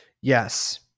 Yes